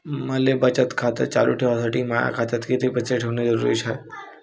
मले बचत खातं चालू ठेवासाठी माया खात्यात कितीक पैसे ठेवण जरुरीच हाय?